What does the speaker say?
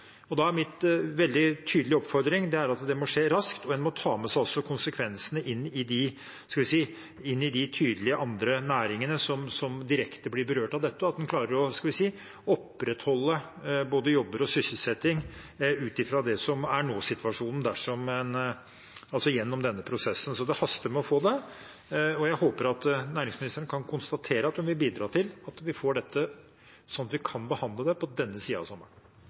Da er min veldig tydelige oppfordring at det må skje raskt, at en tar med seg konsekvensene inn i de andre næringene som tydelig blir direkte berørt av dette, og at en klarer å opprettholde både jobber og sysselsetting ut fra det som er nåsituasjonen, gjennom denne prosessen. Så det haster, og jeg håper at næringsministeren kan konstatere at hun vil bidra til at vi får dette sånn at vi kan behandle det på denne siden av sommeren.